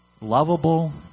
Lovable